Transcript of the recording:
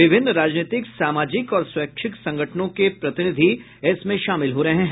विभिन्न राजनीतिक सामाजिक और स्वैच्छिक संगठनों के प्रतिनिधि इसमें शामिल हो रहे हैं